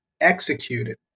executed